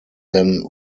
then